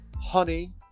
honey